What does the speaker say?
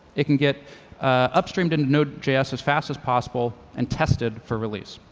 it can get upstreamed into node js as fast as possible and tested for release.